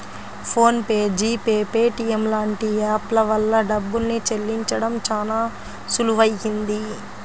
phone pay, G Pay, Paytm లాంటి app ల వల్ల డబ్బుల్ని చెల్లించడం చానా సులువయ్యింది